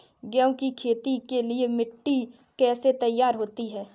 गेहूँ की खेती के लिए मिट्टी कैसे तैयार होती है?